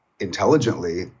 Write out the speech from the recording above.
intelligently